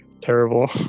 terrible